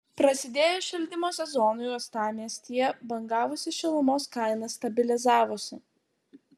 prasidėjus šildymo sezonui uostamiestyje bangavusi šilumos kaina stabilizavosi